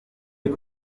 les